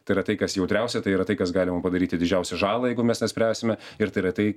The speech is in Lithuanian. tai yra tai kas jautriausia tai yra tai kas galima padaryti didžiausią žalą jeigu mes nespręsime ir tai yra tai